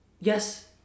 yes